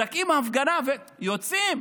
מדכאים ההפגנה ויוצאים,